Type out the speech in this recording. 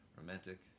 Romantic